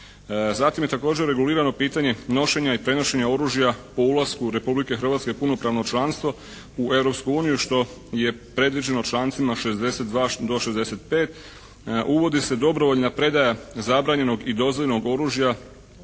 Zatim je također reguliranje pitanje nošenja i prenošenja oružja po ulasku Republike Hrvatske u punopravno članstvo u Europsku uniju što je predviđeno člancima 62. do 65. Uvodi se dobrovoljna predaja zabranjenog i dozvoljenog oružja